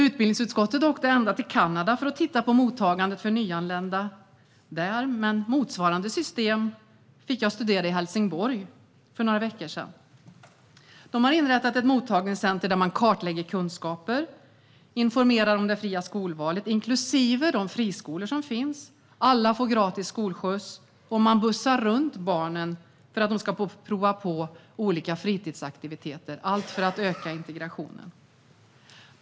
Utbildningsutskottet åkte ända till Kanada för att titta på mottagandet för nyanlända där, men motsvarande system fick jag studera i Helsingborg för några veckor sedan. Där har de inrättat ett mottagningscenter där de kartlägger kunskaper, informerar om det fria skolvalet, inklusive de friskolor som finns. Alla barn får gratis skolskjuts, och de bussas runt för att få prova på olika fritidsaktiviteter - allt för att öka integrationen.